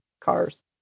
cars